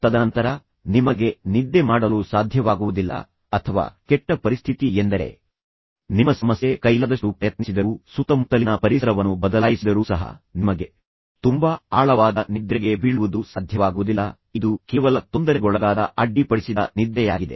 ತದನಂತರ ನಿಮಗೆ ನಿದ್ದೆ ಮಾಡಲು ಸಾಧ್ಯವಾಗುವುದಿಲ್ಲ ಅಥವಾ ಕೆಟ್ಟ ಪರಿಸ್ಥಿತಿ ಎಂದರೆ ನಿಮ್ಮ ಸಮಸ್ಯೆ ನೀವು ನಿಮ್ಮ ಕೈಲಾದಷ್ಟು ಪ್ರಯತ್ನಿಸಿದರೂ ನೀವು ಸುತ್ತಮುತ್ತಲಿನ ಪರಿಸರವನ್ನು ಬದಲಾಯಿಸಿದರೂ ಸಹ ನಿಮಗೆ ತುಂಬಾ ಆಳವಾದ ನಿದ್ರೆಗೆ ಬೀಳುವುದು ಸಾಧ್ಯವಾಗುವುದಿಲ್ಲ ಇದು ಕೇವಲ ತೊಂದರೆಗೊಳಗಾದ ಅಡ್ಡಿಪಡಿಸಿದ ನಿದ್ರೆಯಾಗಿದೆ